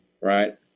right